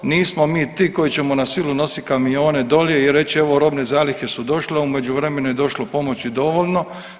Nismo mi ti koji ćemo na silu nositi kamione dolje i reći evo robne zalihe su došle, a u međuvremenu je došlo pomoći dovoljno.